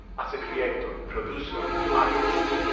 as a creator, producer, artist.